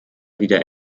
wieder